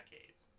decades